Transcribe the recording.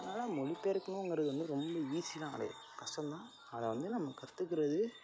அதனால் மொழிபெயர்க்கணுங்கிறது வந்து ரொம்ப ஈஸிலாம் கிடையாது கஷ்டந்தான் அதை வந்து நம்ம கற்றுக்கிறது